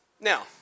Now